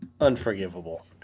unforgivable